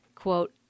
Quote